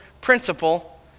principle